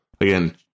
again